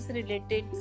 related